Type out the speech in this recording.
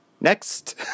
next